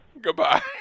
Goodbye